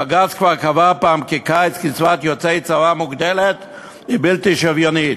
בג"ץ כבר קבע פעם כי קצבת יוצאי צבא מוגדלת היא בלתי שוויונית.